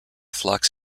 flux